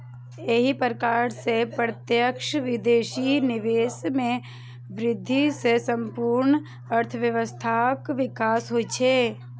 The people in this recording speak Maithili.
एहि प्रकार सं प्रत्यक्ष विदेशी निवेश मे वृद्धि सं संपूर्ण अर्थव्यवस्थाक विकास होइ छै